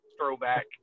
throwback